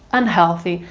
unhealthy,